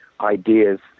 ideas